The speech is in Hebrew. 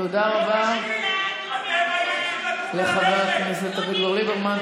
תודה רבה לחבר הכנסת אביגדור ליברמן.